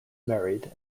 married